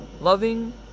loving